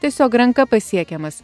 tiesiog ranka pasiekiamas